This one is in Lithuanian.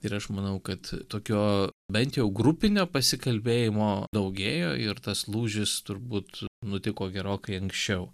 ir aš manau kad tokio bent jau grupinio pasikalbėjimo daugėjo ir tas lūžis turbūt nutiko gerokai anksčiau